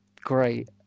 great